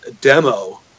demo